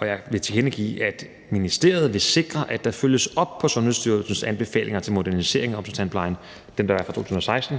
Jeg vil tilkendegive, at ministeriet vil sikre, at der følges op på Sundhedsstyrelsens anbefalinger til modernisering af omsorgstandplejen fra 2016,